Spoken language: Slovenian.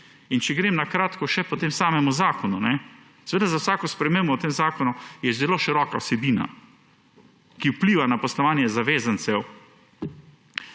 Če grem na kratko še po samem zakonu. Seveda za vsako spremembo v tem zakonu je zelo široka vsebina, ki vpliva na poslovanje zavezancev,